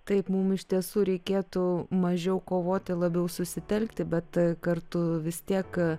taip mum iš tiesų reikėtų mažiau kovoti labiau susitelkti bet kartu vis tiek